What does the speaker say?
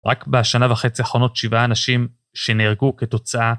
רק בשנה וחצי האחרונות שבעה אנשים שנהרגו כתוצאה.